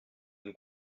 nous